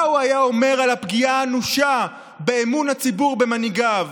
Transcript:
מה הוא היה אומר על הפגיעה האנושה באמון הציבור במנהיגיו